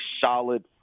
solid